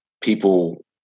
people